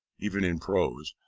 even in prose,